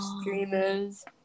streamers